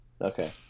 Okay